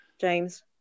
James